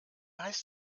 heißt